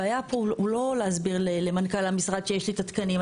הבעיה פה היא לא להסביר למנכ"ל המשרד שיש לי את התקנים.